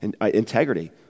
integrity